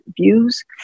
views